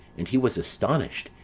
and he was astonished,